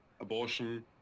abortion